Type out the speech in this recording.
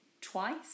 twice